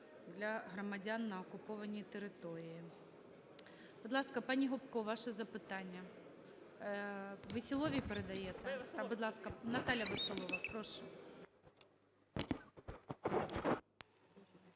для громадян на окупованій території.